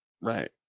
Right